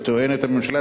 טוענת הממשלה,